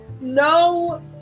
no